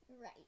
Right